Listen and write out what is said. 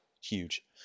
huge